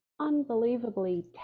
unbelievably